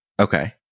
Okay